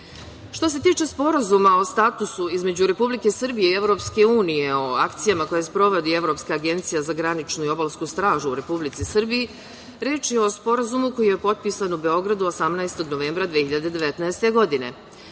se tiče Sporazuma o statusu između Republike Srbije i EU o akcijama koje sprovodi Evropska agencija za graničnu i obalsku stražu u Republici Srbiji. Reč je o Sporazumu koji je potpisan u Beogradu 18. novembra 2019. godine.